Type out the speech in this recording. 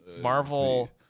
Marvel